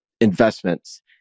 investments